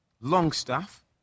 Longstaff